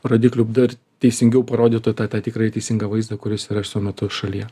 rodiklių dar teisingiau parodytų tą tą tikrąjį teisingą vaizdą kuris yra šiuo metu šalyje